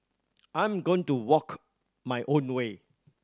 I am going to walk my own way